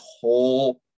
whole